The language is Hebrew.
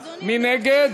רגע, אדוני, מי נגד?